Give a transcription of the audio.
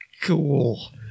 cool